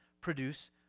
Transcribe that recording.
produce